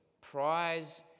prize